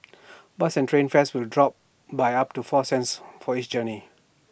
bus and train fares will drop by up to four cents for each journey